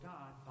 God